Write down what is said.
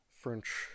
French